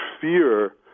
fear